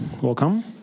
Welcome